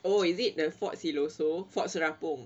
oh is it the fort siloso fort serapong